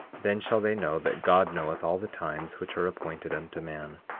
then shall they know that god knoweth all the times which are appointed unto man.